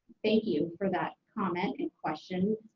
thank you for that comment and question.